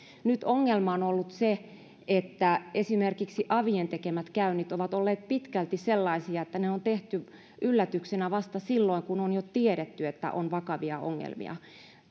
nyt ongelma on ollut se että esimerkiksi avien tekemät käynnit ovat olleet pitkälti sellaisia että ne on tehty yllätyksinä vasta silloin kun on jo tiedetty että on vakavia ongelmia